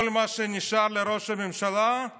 כל מה שנשאר לראש הממשלה הוא